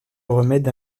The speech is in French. remèdes